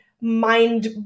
mind